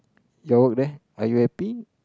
your work there are you happy